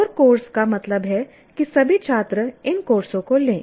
core course का मतलब है कि सभी छात्र इन कोर्सों को लें